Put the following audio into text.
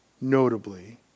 notably